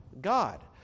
God